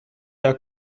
der